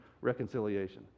reconciliation